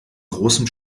großem